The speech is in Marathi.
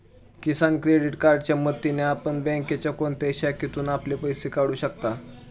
किसान क्रेडिट कार्डच्या मदतीने आपण बँकेच्या कोणत्याही शाखेतून आपले पैसे काढू शकता